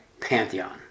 pantheon